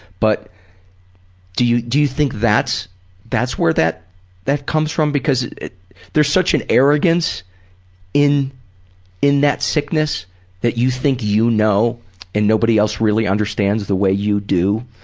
but do you do you think that's that's where that that comes from? because there's such an arrogance in in that sickness that you think you know and nobody else really understands the way you do?